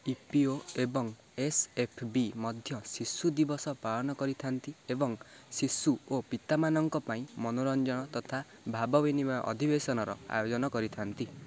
ଇ P O ଏବଂ S F B ମଧ୍ୟ ଶିଶୁ ଦିବସ ପାଳନ କରିଥାନ୍ତି ଏବଂ ଶିଶୁ ଓ ପିତାମାନଙ୍କ ପାଇଁ ମନୋରଞ୍ଜନ ତଥା ଭାବ ବିନିମୟ ଅଧିବେଶନର ଆୟୋଜନ କରିଥାନ୍ତି